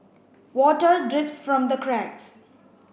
water drips from the cracks